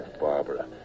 Barbara